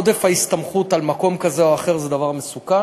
עודף ההסתמכות על מקום כזה או אחר זה דבר מסוכן,